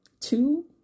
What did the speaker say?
Two